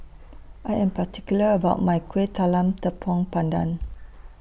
I Am particular about My Kueh Talam Tepong Pandan